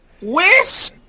Wish